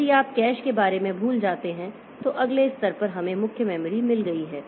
यदि आप इस कैश के बारे में भूल जाते हैं तो अगले स्तर पर हमें मुख्य मेमोरी मिल गई है